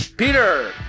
Peter